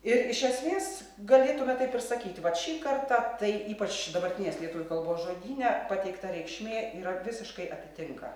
ir iš esmės galėtume taip ir sakyt vat šį kartą tai ypač dabartinės lietuvių kalbos žodyne pateikta reikšmė yra visiškai atitinka